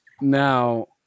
now